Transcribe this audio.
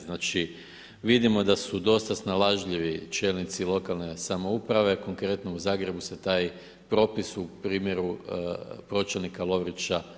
Znači vidimo da su dosta snalažljivi čelnici lokalne samouprave, konkretno u Zagrebu se taj propis u primjeru pročelnika Lovrića.